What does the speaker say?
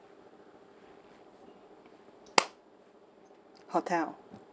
hotel